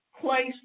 place